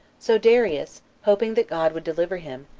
so darius, hoping that god would deliver him,